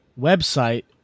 website